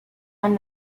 and